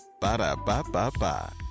Ba-da-ba-ba-ba